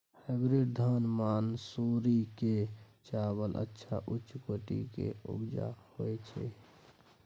Hybrid धान मानसुरी के चावल अच्छा उच्च कोटि के उपजा होय छै?